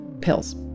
Pills